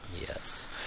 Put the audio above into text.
Yes